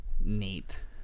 Neat